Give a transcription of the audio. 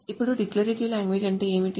ఇప్పుడు declarative language అంటే ఏమిటి